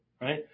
right